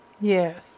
Yes